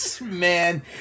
Man